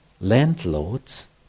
landlords